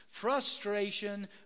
frustration